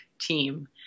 team